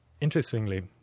Interestingly